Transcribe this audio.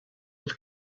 with